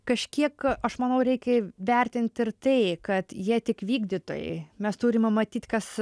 kažkiek aš manau reikia vertinti ir tai kad jie tik vykdytojai mes turim matyti kas